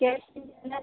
cash केन्ना